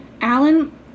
Alan